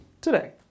today